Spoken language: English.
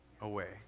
away